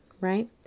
right